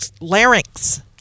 larynx